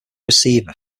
receiver